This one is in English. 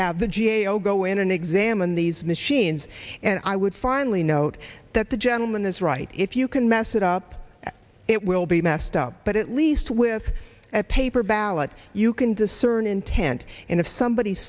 have the g a o go in and examine these machines and i would finally note that the gentleman is right if you can mess it up it will be messed up but at least with a paper ballot you can discern intent and if somebody